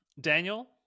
Daniel